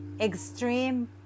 extreme